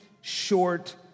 short